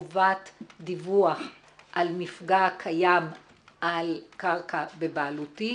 חובת דיווח על מפגע קיים על קרקע בבעלותי,